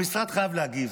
המשרד חייב להגיב.